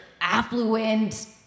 affluent